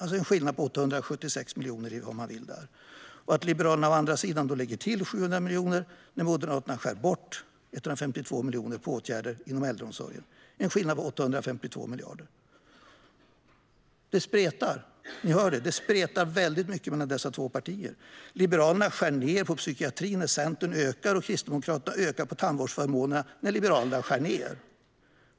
Det blir en skillnad på 876 miljoner mellan vad de vill där. Liberalerna lägger å andra sidan till 700 miljoner när Moderaterna skär bort 152 miljoner på åtgärder inom äldreomsorgen. Det är en skillnad på 852 miljoner. Ni hör att det spretar väldigt mycket mellan dessa båda partier. Liberalerna skär ned på psykiatrin, där Centern ökar på. Och när Kristdemokraterna ökar på tandvårdsförmånen skär Liberalerna ned.